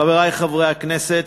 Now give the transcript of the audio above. חברי חברי הכנסת,